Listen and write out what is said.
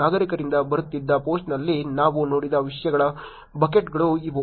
ನಾಗರಿಕರಿಂದ ಬರುತ್ತಿದ್ದ ಪೋಸ್ಟ್ನಲ್ಲಿ ನಾವು ನೋಡಿದ ವಿಷಯಗಳ ಬಕೆಟ್ಗಳು ಇವು